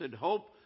hope